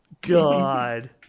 God